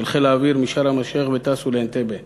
של חיל האוויר משארם-א-שיח' וטסו לאנטבה.